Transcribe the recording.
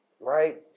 Right